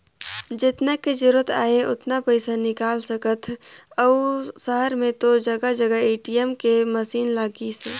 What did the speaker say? जेतना के जरूरत आहे ओतना पइसा निकाल सकथ अउ सहर में तो जघा जघा ए.टी.एम के मसीन लगिसे